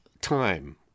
time